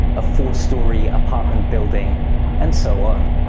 a four-storey apartment building and so on.